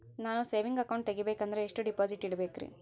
ನಾನು saving account ತೆಗಿಬೇಕಂದರ ಎಷ್ಟು ಡಿಪಾಸಿಟ್ ಇಡಬೇಕ್ರಿ?